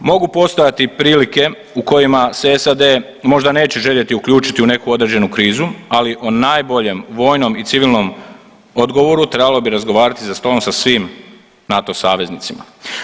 Mogu postojati prilike u kojima se SAD možda neće željeti uključiti u neku određenu krizu, ali o najboljem vojnom i civilnom odgovoru trebalo bi razgovarati za stolom sa svim NATO saveznicima.